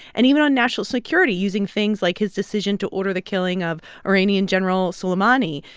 and even on national security, using things like his decision to order the killing of iranian general soleimani,